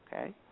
okay